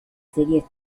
series